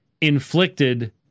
inflicted